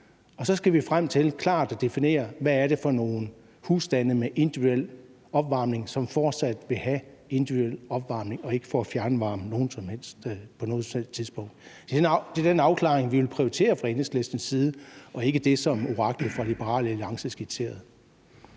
Så skal vi frem til klart at definere, hvad det er for nogle husstande med individuel opvarmning, som fortsat vil have individuel opvarmning og ikke får fjernvarme på noget som helst tidspunkt. Det er den afklaring, vi vil prioritere fra Enhedslistens side, og ikke det, som oraklet fra Liberal Alliance skitserede.